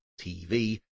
TV